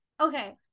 Okay